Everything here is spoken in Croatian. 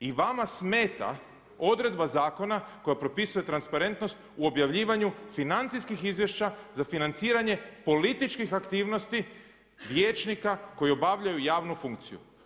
I vama smeta odredba zakona koja propisuje transparentnost u objavljivanju financijskih izvješća za financiranje političkih aktivnosti vijećnika koji obavljaju javnu funkciju.